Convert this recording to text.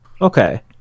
Okay